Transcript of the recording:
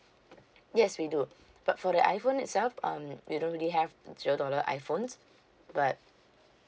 yes we do but for the iphone itself um we don't really have zero dollar iphones but